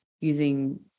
using